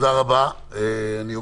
אני אומר,